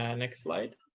and next slide.